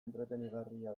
entretenigarria